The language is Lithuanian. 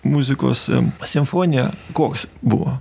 muzikos simfoniją koks buvo